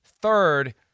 third